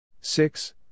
six